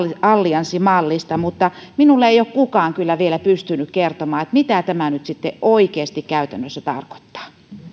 allianssimallista mutta minulle ei ole kukaan kyllä vielä pystynyt kertomaan mitä tämä nyt sitten oikeasti käytännössä tarkoittaa